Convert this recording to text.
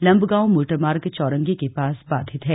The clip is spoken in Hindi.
लम्बगांव मोटर मार्ग चौरंगी के पास बाधित है